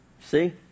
See